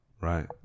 right